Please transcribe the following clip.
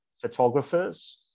photographers